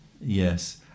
Yes